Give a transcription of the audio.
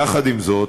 יחד עם זאת,